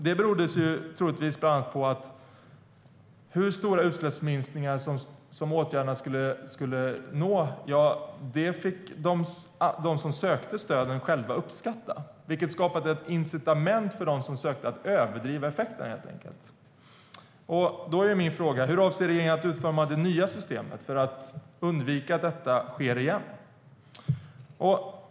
Det berodde troligtvis bland annat på att hur stora utsläppsminskningar som åtgärderna skulle uppnå fick de som sökte stöden själva uppskatta. Det skapade ett incitament för dem som sökte att helt enkelt överdriva effekten. Min fråga är: Hur avser regeringen att utforma det nya systemet för att undvika att detta sker igen?